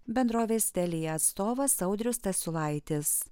bendrovės telija atstovas audrius stasiulaitis